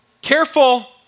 Careful